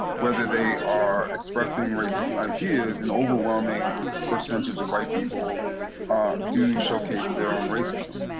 whether they are expressing racist ideas an overwhelming percentage of white people do showcase their own racism.